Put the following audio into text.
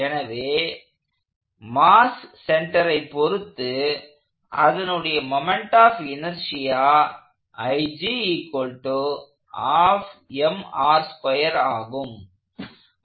எனவே மாஸ் சென்டரை பொருத்து அதனுடைய மொமெண்ட் ஆப் இனர்ஷியா ஆகும்